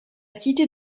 cité